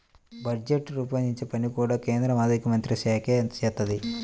budget రూపొందించే పని కూడా కేంద్ర ఆర్ధికమంత్రిత్వశాఖే చేత్తది